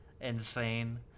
insane